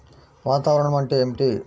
వాతావరణం అంటే ఏమిటి?